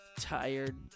tired